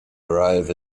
arrive